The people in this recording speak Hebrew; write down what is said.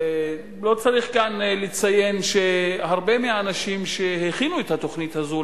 לא צריך כאן לציין שהרבה מהאנשים שהכינו את התוכנית הזו,